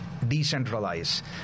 decentralize